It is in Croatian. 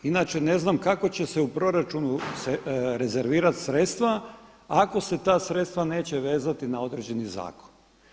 Inače ne znam kako će se u proračunu rezervirati sredstva ako se ta sredstva neće vezati na određeni zakon.